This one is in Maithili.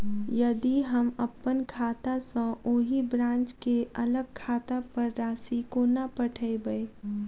यदि हम अप्पन खाता सँ ओही ब्रांच केँ अलग खाता पर राशि कोना पठेबै?